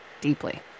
deeply